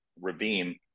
ravine